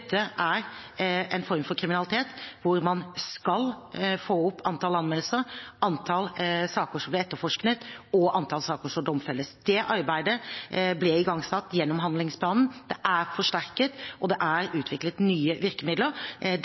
er en form for kriminalitet hvor man skal få opp antallet anmeldelser, antallet saker som blir etterforsket, og antallet saker som domfelles. Det arbeidet ble igangsatt gjennom handlingsplanen, det er forsterket, og det er utviklet nye virkemidler.